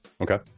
Okay